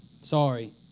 Sorry